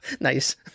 Nice